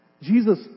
Jesus